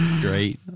Great